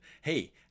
hey